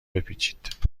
بپیچید